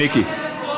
מיקי.